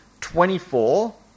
twenty-four